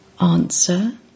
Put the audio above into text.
Answer